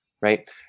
right